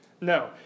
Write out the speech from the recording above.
No